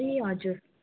ए हजुर